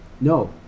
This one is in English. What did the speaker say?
No